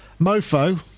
MoFo